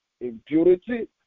impurity